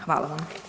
Hvala vam.